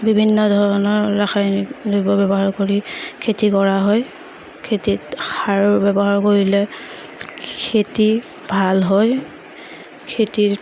বিভিন্ন ধৰণৰ ৰাসায়নিক দ্ৰব্য ব্যৱহাৰ কৰি খেতি কৰা হয় খেতিত সাৰ ব্যৱহাৰ কৰিলে খেতি ভাল হয় খেতিৰ